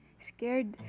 Scared